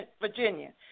Virginia